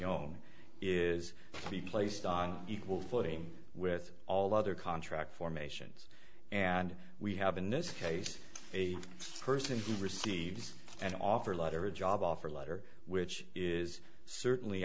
be placed on equal footing with all other contract formations and we have in this case a person who receives an offer letter a job offer letter which is certainly